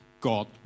God